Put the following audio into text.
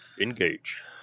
engage